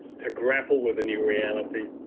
to grapple with new reality,